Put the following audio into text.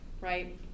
right